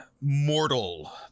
mortal